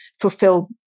fulfill